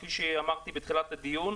כפי שאמרתי בתחילת הדיון,